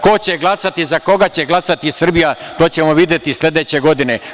Ko će glasati, za koga će glasati Srbija, to ćemo videti sledeće godine.